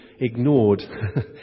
ignored